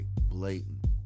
blatant